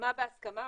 מה בהסכמה,